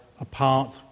apart